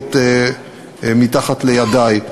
התשובות תחת ידי.